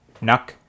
Nuck